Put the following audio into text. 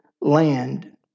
land